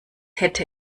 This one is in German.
hätte